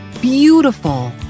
beautiful